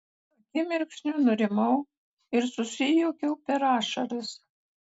akimirksniu nurimau ir susijuokiau per ašaras